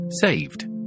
saved